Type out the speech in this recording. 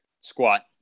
squat